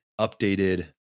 updated